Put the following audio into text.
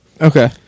Okay